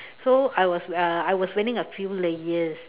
so I was uh I was wearing a few layers